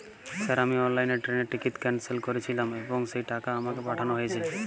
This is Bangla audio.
স্যার আমি অনলাইনে ট্রেনের টিকিট ক্যানসেল করেছিলাম এবং সেই টাকা আমাকে পাঠানো হয়েছে?